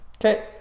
Okay